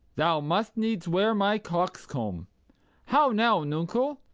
thou must needs wear my coxcomb how now, nuncle!